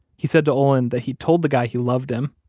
he said to olin that he'd told the guy he loved him,